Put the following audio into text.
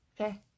okay